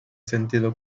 sentido